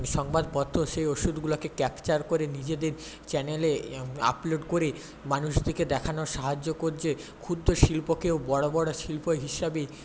সংবাদপত্র সেই ওষুধগুলোকে ক্যাপচার করে নিজেদের চ্যানেলে আপলোড করে মানুষদিকে দেখানোর সাহায্য করছে ক্ষুদ্রশিল্পকেও বড়ো বড়ো শিল্প হিসাবে